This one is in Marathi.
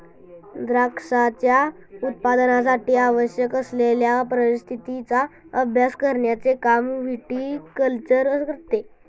द्राक्षांच्या उत्पादनासाठी आवश्यक असलेल्या परिस्थितीचा अभ्यास करण्याचे काम विटीकल्चर करते